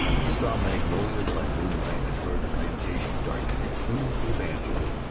he saw magnolias by moonlight and heard plantation darkies crooning to the banjo.